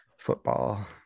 football